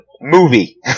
movie